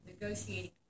negotiating